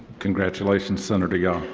congratulations senator yaw.